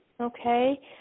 Okay